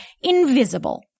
INVISIBLE